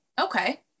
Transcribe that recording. Okay